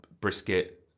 brisket